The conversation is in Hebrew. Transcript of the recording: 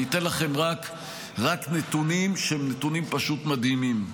אני אתן לכם רק נתונים שהם נתונים פשוט מדהימים.